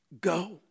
Go